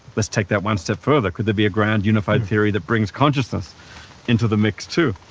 let's take that one step further could there be a grand unified theory that brings consciousness into the mix, too?